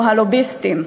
או הלוביסטים,